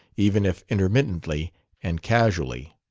even if intermittently and casually.